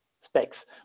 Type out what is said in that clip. specs